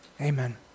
Amen